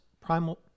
primal